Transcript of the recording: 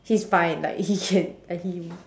he's fine like he can like he